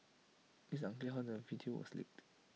it's unclear how the video was leaked